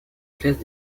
classe